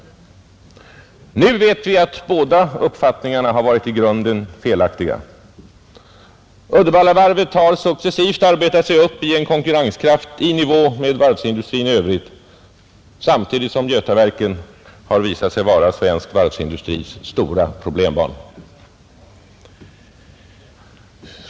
Nu vet vi att båda uppfattningarna har varit i grunden felaktiga. Uddevallavarvet har successivt arbetat sig upp till en konkurrenskraft i nivå med varvsindustrin i övrigt, medan Götaverken visat sig vara svensk varvsindustris stora problembarn.